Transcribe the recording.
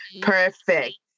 perfect